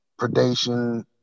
predation